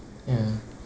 ya